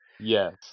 Yes